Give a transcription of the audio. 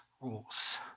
rules